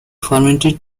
fermented